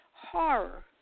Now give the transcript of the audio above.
horror